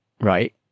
right